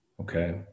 okay